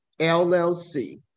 LLC